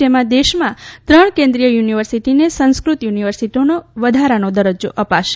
જેમાં દેશમાં ત્રણ કેન્રીદ્ય યુનિવર્સિટીને સંસ્કૃત યુનિવર્સિટીનો વધારાનો દરજ્જો અપાશે